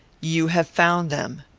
you have found them.